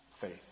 faith